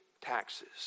taxes